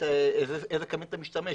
באיזה קמין אתה משתמש,